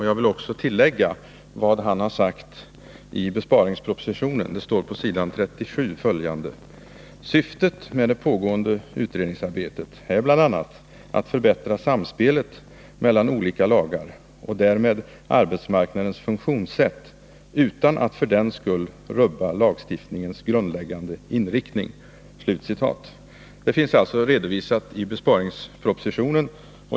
Jag skall också citera vad han har sagt i besparingspropositionen på s. 37: ”Syftet med det pågående utredningsarbetet är bl.a. att förbättra samspelet mellan olika lagar och därmed arbetsmarknadens funktionssätt utan att för den skull rubba lagstiftningens grundläggande inriktning.” Detta finns alltså redovisat i besparingspropositionen.